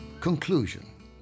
Conclusion